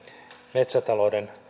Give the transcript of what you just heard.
metsätalouden